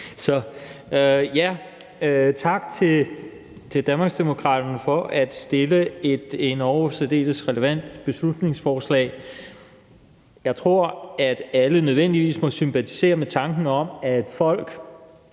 Tak til Danmarksdemokraterne for at fremsætte et endog særdeles relevant beslutningsforslag. Jeg tror, at alle nødvendigvis må sympatisere med tanken om, at folk